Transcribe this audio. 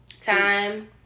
Time